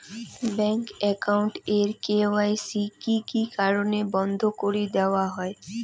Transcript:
Bank account এর KYC কি কি কারণে বন্ধ করি দেওয়া হয়?